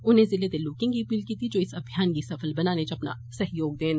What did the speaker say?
उनें जिले दे लोकें गी अपील कीती जे ओ इस अभियान गी सफल बनाने च अपना सहयोग देन